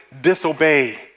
disobey